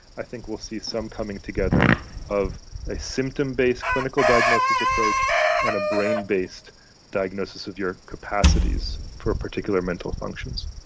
i think we will see some coming together of a symptom-based clinical diagnosis approach and a brain-based diagnosis of your capacities for particular mental functions.